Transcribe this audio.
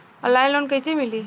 Online loan कइसे मिली?